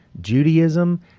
Judaism